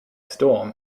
storm